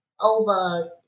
over